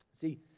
See